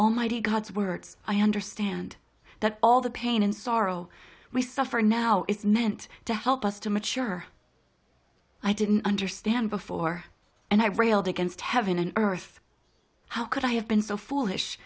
almighty god's words i understand that all the pain and sorrow we suffer now is meant to help us to mature i didn't understand before and i railed against heaven and earth how could i have been so foolish